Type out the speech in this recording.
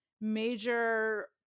major